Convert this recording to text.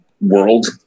world